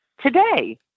Today